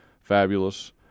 fabulous